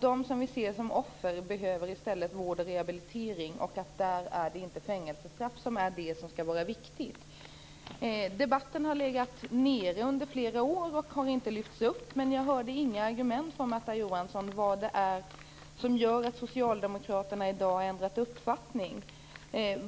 De som vi ser som offer behöver i stället vård och rehabilitering. Där är det inte fängelsestraff som skall vara viktigt. Den debatten har legat nere i flera år och har inte lyfts upp. Jag hörde inga argument från Märta Johansson om vad det är som gör att Socialdemokraterna i dag har ändrat uppfattning.